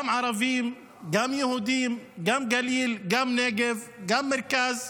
גם ערבים, גם יהודים, גם גליל, גם נגב, גם מרכז,